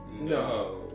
No